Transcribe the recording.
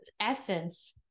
essence